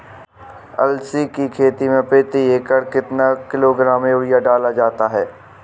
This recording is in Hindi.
अलसी की खेती में प्रति एकड़ कितना किलोग्राम यूरिया डाला जाता है?